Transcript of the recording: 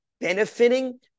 benefiting